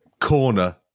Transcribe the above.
corner